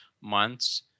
months